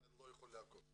אז אתה לא יכול לעקוב.